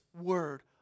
word